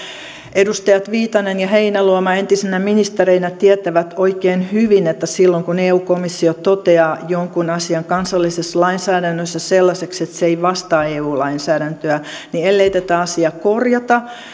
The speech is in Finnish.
edustajat viitanen ja heinäluoma entisinä ministereinä tietävät oikein hyvin että silloin kun eu komissio toteaa jonkin asian kansallisessa lainsäädännössä sellaiseksi että se ei vastaa eu lainsäädäntöä ja tätä asiaa ei korjata